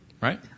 Right